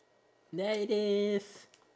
there it is